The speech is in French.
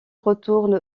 retourne